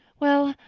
well,